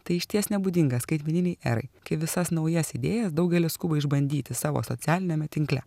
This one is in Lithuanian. tai išties nebūdinga skaitmeninei erai kai visas naujas idėjas daugelis skuba išbandyti savo socialiniame tinkle